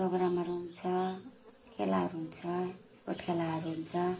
प्रोग्रामहरू हुन्छ खेलाहरू हुन्छ स्पोर्ट खेलाहरू हुन्छ